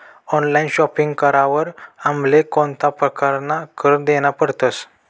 Online shopping करावर आमले कोणता परकारना कर देना पडतस?